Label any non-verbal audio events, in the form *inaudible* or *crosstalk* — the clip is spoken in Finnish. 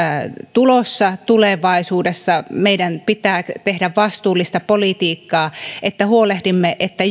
tulossa tulevaisuudessa meidän pitää tehdä vastuullista politiikkaa että huolehdimme että *unintelligible*